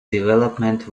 development